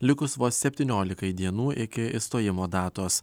likus vos septyniolikai dienų iki išstojimo datos